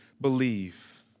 believe